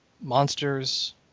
monsters